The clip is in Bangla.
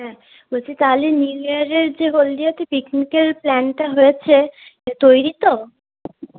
হ্যাঁ বলছি তাহলে নিউ ইয়ারের যে হলদিয়াতে পিকনিকের প্ল্যানটা হয়েছে তৈরি তো